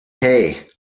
hay